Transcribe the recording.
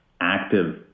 active